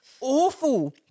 awful